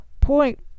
point